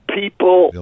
people